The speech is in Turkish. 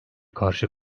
karşı